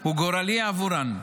הוא גורלי עבורן.